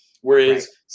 Whereas